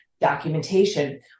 documentation